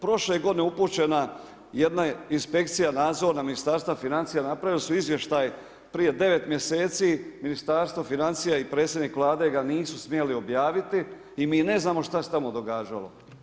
Prošle je godine upućena jedna inspekcija nadzorna Ministarstva financija, napravili su izvještaj prije 9 mjeseci, Ministarstvo financija i predsjednik Vlade ga nisu smjeli objaviti i mi ne znamo šta se tamo događalo.